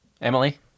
emily